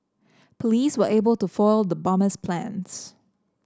police were able to foil the bomber's plans